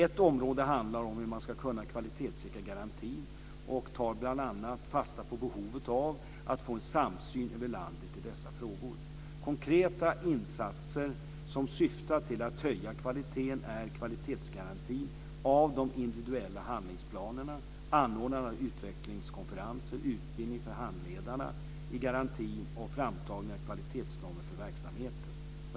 Ett område handlar om hur man ska kunna kvalitetssäkra garantin och tar bl.a. fasta på behovet av att få en samsyn över landet i dessa frågor. Konkreta insatser som syftat till att höja kvaliteten är kvalitetsgranskning av de individuella handlingsplanerna, anordnande av utvecklingskonferenser, utbildning för handledarna i garantin och framtagning av kvalitetsnormer för verksamheten.